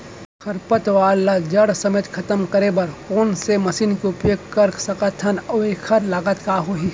खरपतवार ला जड़ समेत खतम करे बर कोन से मशीन के उपयोग कर सकत हन अऊ एखर लागत का होही?